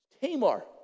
Tamar